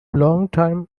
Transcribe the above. longtime